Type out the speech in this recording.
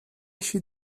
she